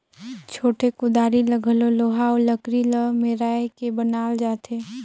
छोटे कुदारी ल घलो लोहा अउ लकरी ल मेराए के बनाल जाथे